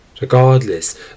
Regardless